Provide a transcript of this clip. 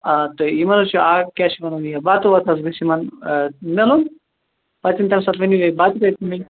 آ تہٕ یِمن حظ چھُ ٲں کیاہ چھِ وَنان یہِ بتہٕ وَتہٕ حظ گَژھہِ یِمن ٲں مِلُن پتہٕ یِنہٕ تمہِ ساتہٕ ؤنو ہے بتہٕ کتہٕ ملہِ